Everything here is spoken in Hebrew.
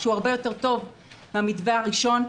שהוא הרבה יותר טוב מהמתווה הראשון.